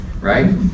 right